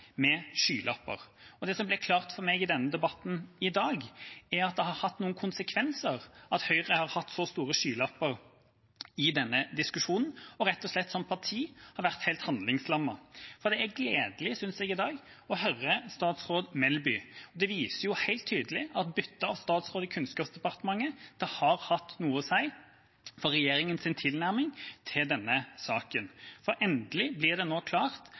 med skylapper. Det som ble klart for meg i denne debatten i dag, er at det har hatt noen konsekvenser at Høyre har hatt så store skylapper i denne diskusjonen og rett og slett har vært helt handlingslammet som parti. Jeg synes det er gledelig å høre statsråd Melby i dag. Det viser helt tydelig at bytte av statsråd i Kunnskapsdepartementet har hatt noe å si for regjeringas tilnærming til denne saken. Endelig blir det nå klart